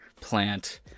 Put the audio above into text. plant